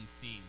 theme